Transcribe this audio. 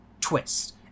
twist